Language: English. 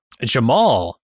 Jamal